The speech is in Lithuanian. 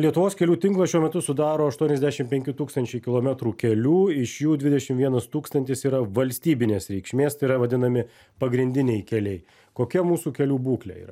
lietuvos kelių tinklą šiuo metu sudaro aštuoniasdešim penki tūkstančiai kilometrų kelių iš jų dvidešim vienas tūkstantis yra valstybinės reikšmės tai yra vadinami pagrindiniai keliai kokia mūsų kelių būklė yra